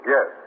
Yes